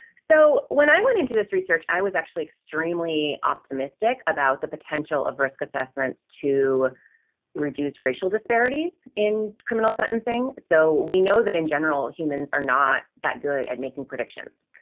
so when i went into this research, i was actually extremely optimistic about the potential of risk assessments to reduce racial disparities in criminal sentencing so we know that in general, humans are not that good at making predictions.